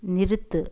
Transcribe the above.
நிறுத்து